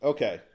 Okay